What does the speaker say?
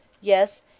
yes